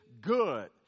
good